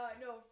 no